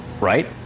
right